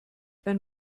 wenn